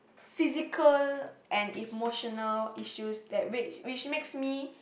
physical and emotional issues which makes me